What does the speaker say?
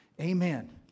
Amen